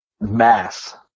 mass